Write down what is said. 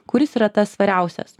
kuris yra tas svariausias